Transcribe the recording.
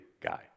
guy